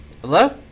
Hello